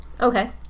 Okay